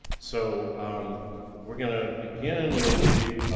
so we're gonna begin, maybe,